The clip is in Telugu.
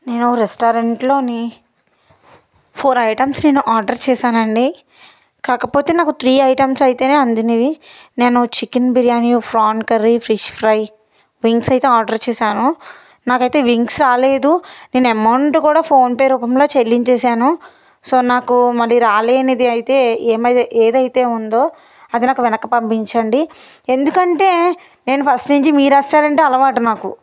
నేను రెస్టారెంట్లోని ఫోర్ ఐటమ్స్ నేను ఆర్డర్ చేశానండి కాకపోతే నాకు త్రీ ఐటమ్స్ అయితేనే అందినవి నేను chicken biryani prawn curry fish fry wings అయితే ఆర్డర్ చేశాను నాకైతే వింగ్స్ రాలేదు నేను అమౌంట్ కూడా ఫోన్పే రూపంలో చెల్లించేశాను సో నాకు మరి రాలేనిది అయితే ఏమది ఏదైతే ఉందో అది నాకు వెనుకకు పంపించండి ఎందుకంటే నేను ఫస్ట్ నుంచి మీ రెస్టారెంట్ అలవాటు నాకు